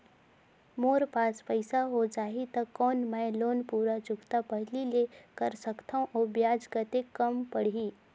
मोर पास पईसा हो जाही त कौन मैं लोन पूरा चुकता पहली ले कर सकथव अउ ब्याज कतेक कम पड़ही?